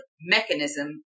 mechanism